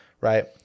right